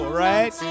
right